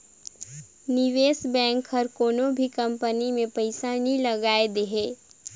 निवेस बेंक हर कोनो भी कंपनी में पइसा नी लगाए देहे